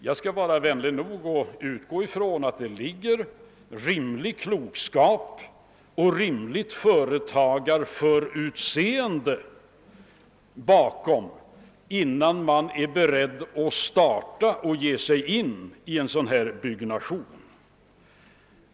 Jag skall vara vänlig nog att utgå från att det ligger rimlig klokskap och rimligt — företagarförutseende bakom, när man är beredd att ge sig in i en sådan byggnation.